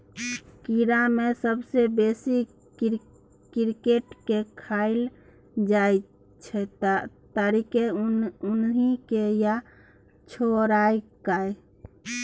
कीड़ा मे सबसँ बेसी क्रिकेट केँ खाएल जाइ छै तरिकेँ, उसनि केँ या झोराए कय